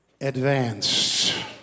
advanced